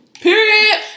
Period